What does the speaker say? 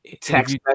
text